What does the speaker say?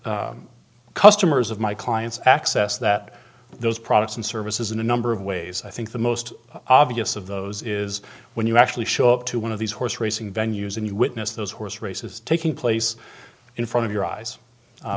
and customers of my clients access that those products and services in a number of ways i think the most obvious of those is when you actually show up to one of these horse racing venues and you witness those horse races taking place in front of your eyes